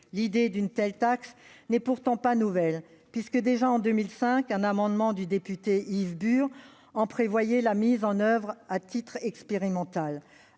L'idée d'une telle taxe n'est pourtant pas nouvelle, puisque déjà en 2005 un amendement du député Yves Bur en prévoyait la mise en oeuvre à titre expérimental.